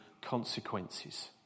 consequences